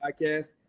podcast